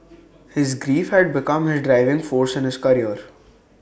his grief had become his driving force in his career